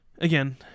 Again